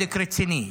בדק רציני.